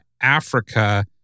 Africa